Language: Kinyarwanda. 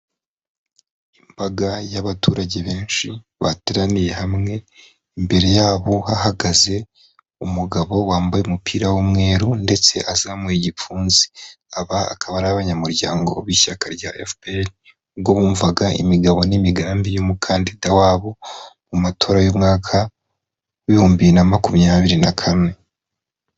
Imbaga y'abaturage benshi, bateraniye hamwe, imbere yabo hahagaze umugabo wambaye umupira w'umweru ndetse azamuye igipfunsi, aba akaba ari abanyamuryango b'ishyaka rya FPR, ubwo bumvaga imigabo n'imigambi y'umukandida wabo, mu matora y'umwaka w'ibihumbi bibiri na makumyabiri na kane.